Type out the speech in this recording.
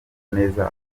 neza